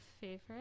favorite